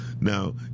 Now